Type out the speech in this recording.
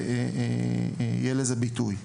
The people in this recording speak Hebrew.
יהיה לזה ביטוי.